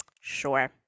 Sure